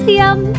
yum